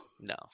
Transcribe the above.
No